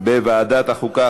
בוועדת החוקה,